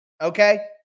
okay